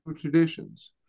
traditions